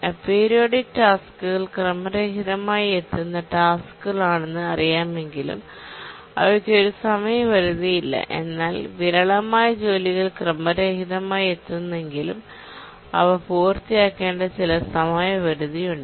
aperiodic ടാസ്ക്കുകൾ ക്രമരഹിതമായി എത്തുന്ന ടാസ്ക്കുകളാണെന്ന് അറിയാമെങ്കിലും അവയ്ക്ക് ഒരു സമയപരിധി ഇല്ല എന്നാൽ വിരളമായ ജോലികൾ ക്രമരഹിതമായി എത്തുമെങ്കിലും അവ പൂർത്തിയാക്കേണ്ട ചില സമയപരിധി ഉണ്ട്